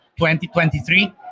2023